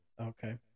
okay